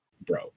bro